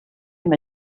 him